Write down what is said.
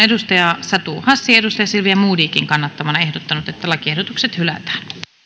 on satu hassi silvia modigin kannattamana ehdottanut että lakiehdotukset hylätään